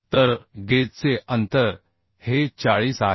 तर गेजचे अंतर हे 40 आहे